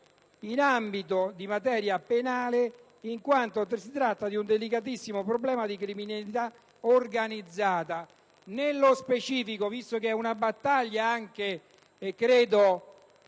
in materia penale, in quanto tratta di un delicatissimo problema di criminalità organizzata. Nello specifico, visto che è una battaglia che - nostro